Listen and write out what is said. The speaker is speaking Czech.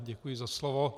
Děkuji za slovo.